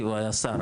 כי הוא היה שר,